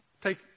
Take